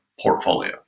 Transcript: portfolio